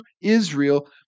Israel